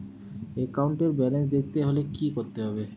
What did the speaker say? একাউন্টের ব্যালান্স দেখতে হলে কি করতে হবে?